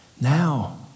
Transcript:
Now